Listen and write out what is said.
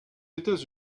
états